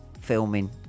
filming